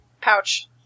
Pouch